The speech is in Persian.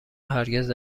هرگز